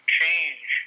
change